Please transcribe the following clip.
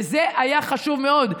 וזה היה חשוב מאוד,